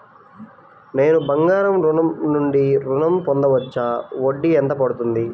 నేను బంగారం నుండి ఋణం పొందవచ్చా? వడ్డీ ఎంత పడుతుంది?